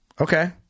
Okay